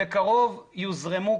בקרוב יוזרמו,